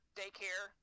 daycare